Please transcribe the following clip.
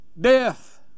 death